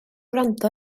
wrando